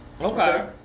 Okay